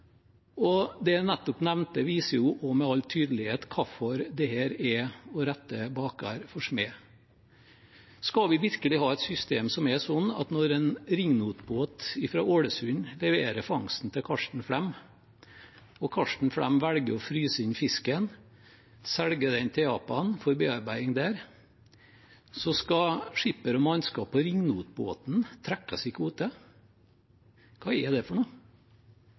og det jeg nettopp nevnte, viser også med all tydelighet hvorfor dette er å rette baker for smed. Skal vi virkelig ha et system som er sånn at når en ringnotbåt fra Ålesund leverer fangsten til Karsten Flem og Karsten Flem velger å fryse inn fisken, selge den til Japan for bearbeiding der, så skal skipper og mannskap på ringnotbåten trekkes i kvote? Hva er det for